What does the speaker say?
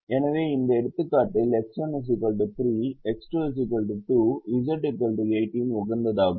எனவே இந்த எடுத்துக்காட்டில் X1 3 X2 2 Z 18 உகந்ததாகும்